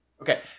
Okay